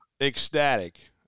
ecstatic